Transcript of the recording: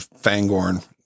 Fangorn